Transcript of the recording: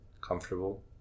comfortable